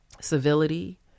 civility